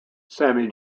sammy